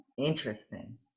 Interesting